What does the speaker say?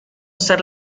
ser